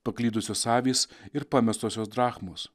paklydusios avys ir pamestosios drachmos